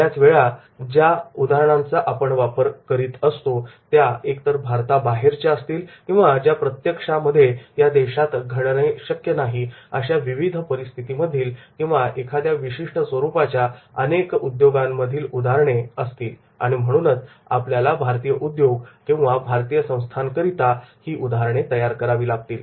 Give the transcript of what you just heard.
बऱ्याच वेळा ज्या केसेस आपण वापरत असतो त्या एक तर भारताबाहेरच्या असतील किंवा ज्या प्रत्यक्षामध्ये या देशात घडणे शक्य नाही अशा विविध परिस्थितीमधील किंवा एखाद्या विशिष्ट स्वरूपाच्या अनेक उद्योगांमधील केसेस असतील आणि म्हणूनच आपल्याला भारतीय उद्योग किंवा भारतीय संस्थांकरिता या केसेस तयार कराव्या लागतील